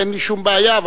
אין לי שום בעיה,